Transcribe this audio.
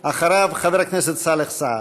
אחריו, חבר הכנסת סאלח סעד.